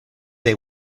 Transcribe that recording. they